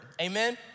Amen